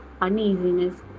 uneasiness